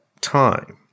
Time